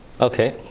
Okay